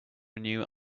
renew